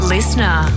Listener